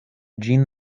ĝin